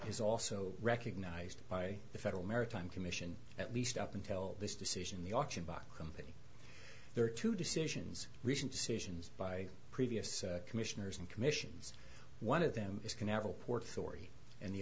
is also recognized by the federal maritime commission at least up until this decision the auction block company there are two decisions recent decisions by previous commissioners and commissions one of them is canaveral port authority and the